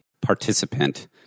participant